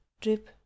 drip